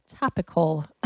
Topical